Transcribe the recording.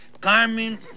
Carmen